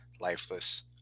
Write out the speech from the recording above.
lifeless